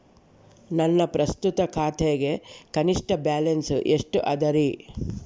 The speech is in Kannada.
ನನ್ನ ಪ್ರಸ್ತುತ ಖಾತೆಗೆ ಕನಿಷ್ಠ ಬ್ಯಾಲೆನ್ಸ್ ಎಷ್ಟು ಅದರಿ?